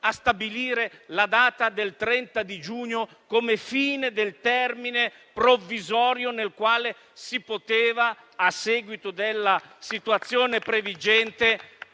a stabilire la data del 30 giugno come fine del termine provvisorio nel quale si poteva, a seguito della situazione previgente,